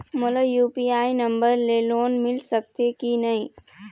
मोला UPI number ले loan मिल सकथे कि नहीं?